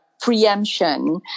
preemption